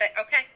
okay